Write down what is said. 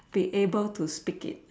be able to speak it